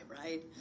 right